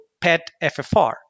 PET-FFR